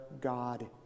God